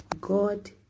god